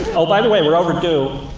oh, by the way, we're overdue.